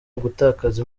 ugutakaza